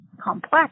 complex